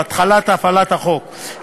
בהתחלת הפעלת החוק,